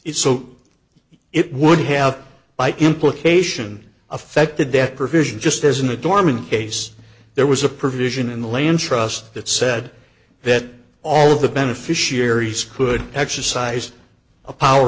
is so it would have by implication affected that provision just as in a dorm in case there was a provision in the land trust that said that all of the beneficiaries could exercise a power